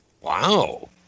Wow